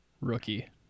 Rookie